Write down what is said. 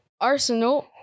Arsenal